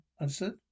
Understood